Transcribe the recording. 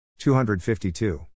252